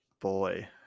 boy